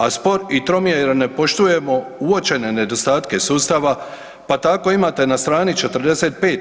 A spor i trom je jer ne poštujemo uočene nedostatke sustava pa tako imate na strani 45.